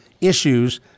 issues